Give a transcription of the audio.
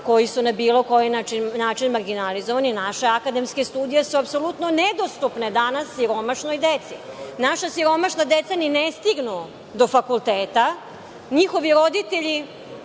koje su na bilo koji način marginalizovani. Naše akademske studije su apsolutno nedostupne danas siromašnoj deci. Naša siromašna deca ni ne stignu do fakulteta. Njihovi roditelji